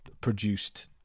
produced